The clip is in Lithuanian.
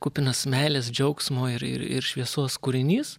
kupinas meilės džiaugsmo ir ir ir šviesos kūrinys